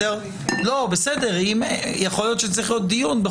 יכול להיות שצריך להיות דיון.